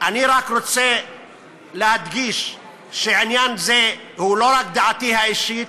אני רק רוצה להדגיש שעניין זה הוא לא רק דעתי האישית,